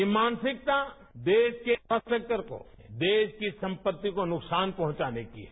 यह मानसिकता देश के इंफ्रास्ट्रक्वर को देश की संपत्ति को नुकसान पहुंचाने की है